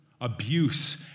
abuse